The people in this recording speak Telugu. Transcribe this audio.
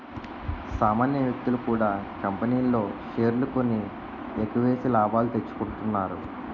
సామాన్య వ్యక్తులు కూడా కంపెనీల్లో షేర్లు కొని ఎక్కువేసి లాభాలు తెచ్చుకుంటున్నారు